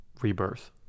rebirth